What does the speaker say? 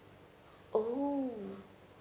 oh